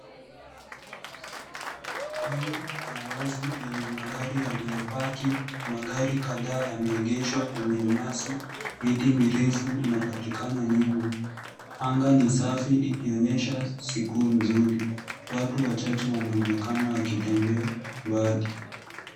Eneo la wazi lenye magari yaliyopaki. Magari kadhaa yameegeshwa kwenye nyasi, miti mirefu inapatikana nyuma. Anga ni safi ikionyesha siku nzuri. Watu wachache wanaonekana wakitembea mbali.